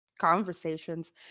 conversations